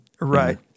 Right